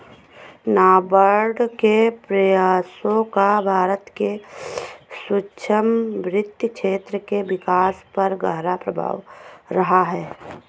नाबार्ड के प्रयासों का भारत के सूक्ष्म वित्त क्षेत्र के विकास पर गहरा प्रभाव रहा है